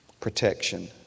Protection